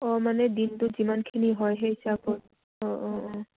অঁ মানে দিনটোত যিমানখিনি হয় সেই হিচাপত অঁ অঁ অঁ